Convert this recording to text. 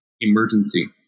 emergency